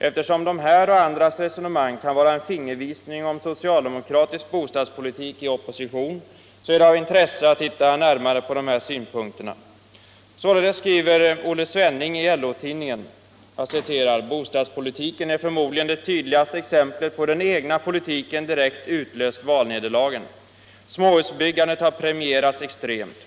Eftersom de här och andras resonemang kan vara en fingervisning om socialdemokratisk bostadspolitik i opposition, så är det av intresse att titta närmare på de här synpunkterna. Sålunda skriver Olle Svenning i LO-tidningen: ”Bostadspolitiken är förmodligen det tydligaste exemplet på hur den egna politiken direkt utlöst valnederlagen. :. Småhusbyggandet har premierats extremt.